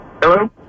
Hello